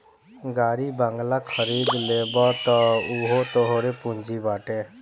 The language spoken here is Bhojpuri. गाड़ी बंगला खरीद लेबअ तअ उहो तोहरे पूंजी बाटे